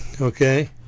okay